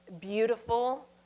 beautiful